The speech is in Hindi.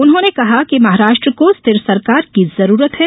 उन्होंने कहा कि महाराष्ट्र को स्थिर सरकार की जरूरत है